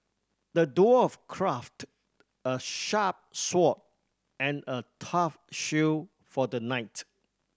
the dwarf crafted a sharp sword and a tough shield for the knight